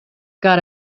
got